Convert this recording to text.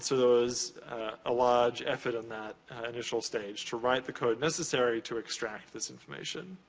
so, there was a large effort in that initial stage, to write the code necessary to extract this information.